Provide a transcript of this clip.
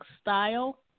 style